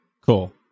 Cool